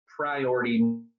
priority